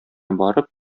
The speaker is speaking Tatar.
барып